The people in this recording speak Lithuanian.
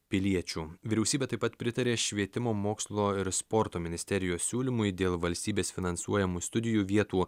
piliečių vyriausybė taip pat pritarė švietimo mokslo ir sporto ministerijos siūlymui dėl valstybės finansuojamų studijų vietų